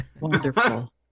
Wonderful